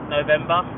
November